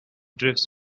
drifts